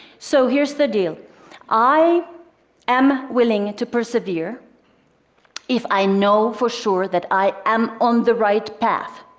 so here's the deal i am willing to persevere if i know for sure that i am on the right path.